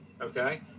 okay